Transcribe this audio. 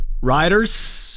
Riders